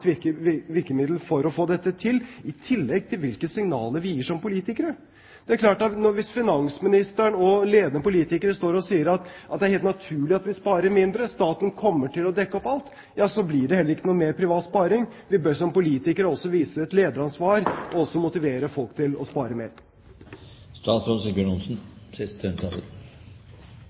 virkemiddel for å få dette til, i tillegg til hvilke signaler vi gir som politikere. Det er klart at hvis finansministeren og ledende politikere står og sier at det er helt naturlig at vi sparer mindre, fordi staten kommer til å dekke opp alt, ja, så blir det heller ikke noe mer privat sparing. Vi bør som politikere også vise et lederansvar og motivere folk til å spare